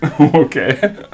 Okay